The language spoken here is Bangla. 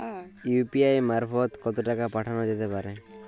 ইউ.পি.আই মারফত কত টাকা পাঠানো যেতে পারে?